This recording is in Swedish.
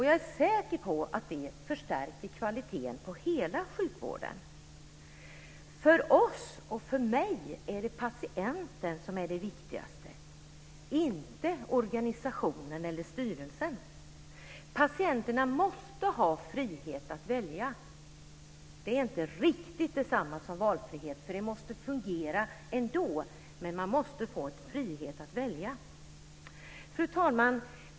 Jag är säker på att det förstärker kvaliteten på hela sjukvården. För oss och för mig är det patienten som är det viktigaste, inte organisationen eller styrelsen. Patienterna måste ha frihet att välja. Det är inte riktigt detsamma som valfrihet, för det måste fungera ändå. Men man måste ha frihet att välja. Fru talman!